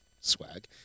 swag